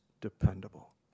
dependable